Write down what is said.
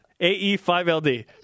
AE5LD